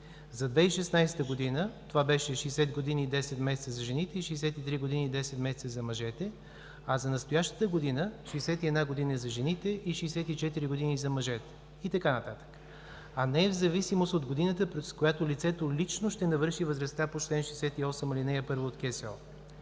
За 2016 г. това беше 60 години и 10 месеца за жените и 63 години и 10 месеца за мъжете, а за настоящата година – 61 година за жените и 64 години за мъжете и така нататък, а не в зависимост от годината, през която лицето лично ще навърши възрастта по чл. 68, ал. 1 от КСО.